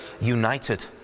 united